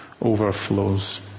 overflows